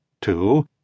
two